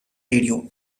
radio